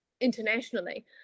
internationally